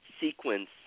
sequence